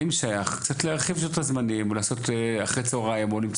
האם אפשר להרחיב ולעשות אחרי הצהריים.